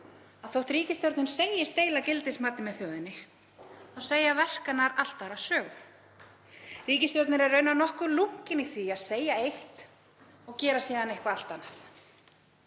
að þótt ríkisstjórnin segist deila gildismati með þjóðinni þá segi verk hennar allt aðra sögu. Ríkisstjórnin er raunar nokkuð lunkin í því að segja eitt og gera síðan eitthvað allt annað.